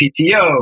PTO